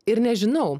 ir nežinau